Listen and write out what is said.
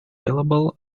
available